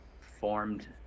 formed